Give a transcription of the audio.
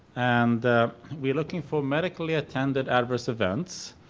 and we're looking for medically attended adverse events.